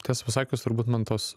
tiesą pasakius turbūt man tos